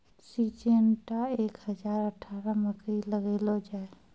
Syngenta एक हजार अठारह मकई लगैलो जाय?